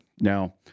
Now